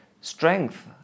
strength